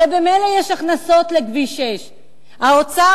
הרי ממילא יש הכנסות לכביש 6. האוצר,